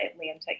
Atlantic